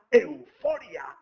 euforia